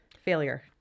failure